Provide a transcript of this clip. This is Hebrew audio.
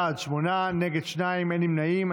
בעד, שמונה, נגד, שניים, אין נמנעים.